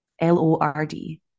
L-O-R-D